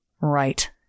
Right